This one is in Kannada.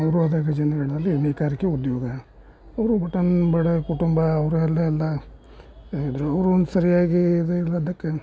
ಅವರು ಅದೇ ಗಜೇಂದ್ರಗಢದಲ್ಲಿ ನೇಕಾರಿಕೆ ಉದ್ಯೋಗ ಅವರು ಒಟನ್ ಬಡ ಕುಟುಂಬ ಅವರಲ್ಲೆಲ್ಲ ಇದ್ದರು ಅವ್ರೊಂದು ಸರಿಯಾಗಿ ಇದು ಇಲ್ಲದ್ದಕ್ಕೆ